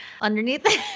underneath